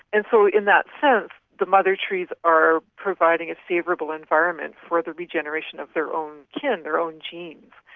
and so in that sense the mother trees are providing a favourable environment for the regeneration of their own kin, their own genes.